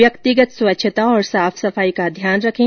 व्यक्तिगत स्वच्छता और साफ सफाई का ध्यान रखें